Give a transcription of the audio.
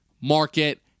market